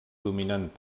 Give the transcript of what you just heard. dominant